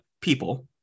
people